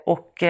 Och